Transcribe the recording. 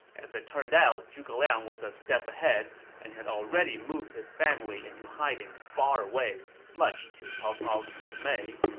as it turned out, zhuge liang was a step ahead and had already moved his family into hiding far away, much to cao cao's dismay